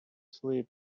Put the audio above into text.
sleep